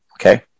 Okay